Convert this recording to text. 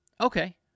Okay